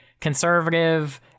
conservative